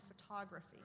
photography